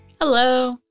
Hello